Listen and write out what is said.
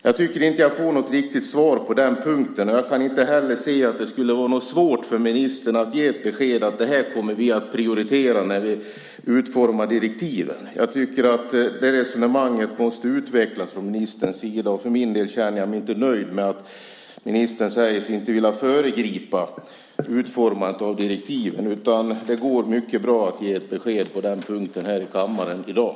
Jag tycker inte att jag får något riktigt svar på den punkten, och jag kan inte heller se att det skulle vara svårt för ministern att ge beskedet att detta kommer att prioriteras när direktiven utformas. Jag tycker att resonemanget måste utvecklas från ministerns sida. För min del känner jag mig inte nöjd med att ministern säger sig inte vilja föregripa utformandet av direktiven. Det går mycket bra att ge ett besked på den punkten här i kammaren i dag.